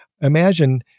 imagine